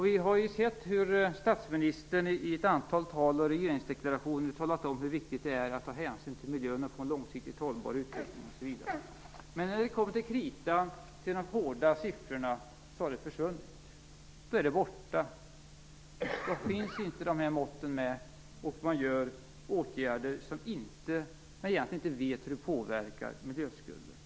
Vi har sett hur statsministern i ett antal tal och regeringsdeklarationer har talat om hur viktigt det är att ta hänsyn till miljön och få en långsiktigt hållbar utveckling, osv. Men när det kommer till kritan - till de hårda sifforna - har det försvunnit och är borta. Då finns inte dessa mått med, och man vidtar åtgärder fast man egentligen inte vet hur de påverkar miljöskulden.